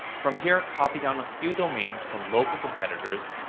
from here, copy down a few domains from local competitors,